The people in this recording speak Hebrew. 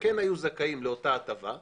שכן היו זכאים לאותה הטבה,